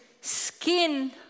skin